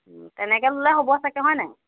তেনেকৈ ল'লে হ'ব চাগে হয় নাই